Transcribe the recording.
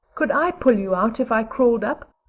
could i pull you out if i crawled up?